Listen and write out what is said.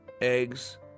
Eggs